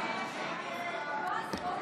(קוראת בשמות